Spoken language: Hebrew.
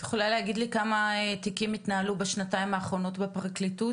את יכולה להגיד לי כמה תיקים התנהלו בשנתיים האחרונות בפרקליטות,